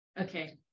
Okay